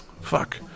Fuck